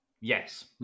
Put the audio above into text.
Yes